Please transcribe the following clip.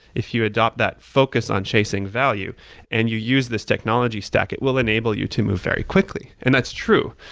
if you adopt that focus on chasing value and you use this technology stack, it will enable you to move very quickly, and that's true.